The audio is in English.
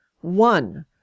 one